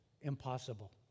impossible